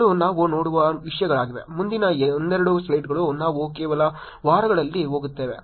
ಇವುಗಳು ನಾವು ನೋಡುವ ವಿಷಯಗಳಾಗಿವೆ ಮುಂದಿನ ಒಂದೆರಡು ಸ್ಲೈಡ್ಗಳು ನಾವು ಕೇವಲ ವಾರಗಳಲ್ಲಿ ಹೋಗುತ್ತೇವೆ